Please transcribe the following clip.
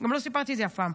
גם לא סיפרתי את זה אף פעם,